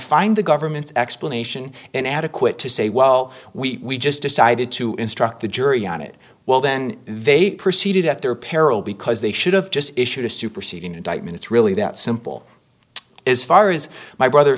find the government's explanation and adequate to say well we just decided to instruct the jury on it well then they proceeded at their peril because they should have just issued a superseding indictment it's really that simple as far as my brother